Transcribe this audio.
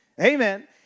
Amen